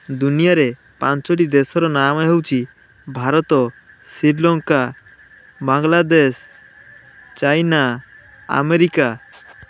ଦୁନିଆରେ ପାଞ୍ଚୋଟି ଦେଶର ନାମ ହେଉଛି ଭାରତ ଶ୍ରୀଲଙ୍କା ବାଂଲାଦେଶ ଚାଇନା ଆମେରିକା